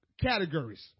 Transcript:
categories